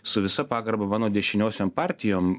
su visa pagarba mano dešiniosiom partijom